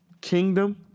kingdom